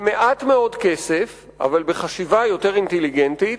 במעט מאוד כסף אבל בחשיבה יותר אינטליגנטית,